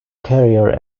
career